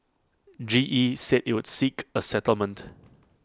G E said IT would seek A settlement